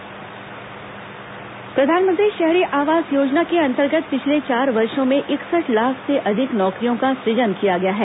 प्रधानमंत्री शहरी आवास योजना प्रधानमंत्री शहरी आवास योजना के अंतर्गत पिछले चार वर्षो में इकसठ लाख से अधिक नौकरियों का सुजन किया गया है